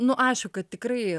nu ačiū kad tikrai